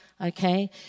Okay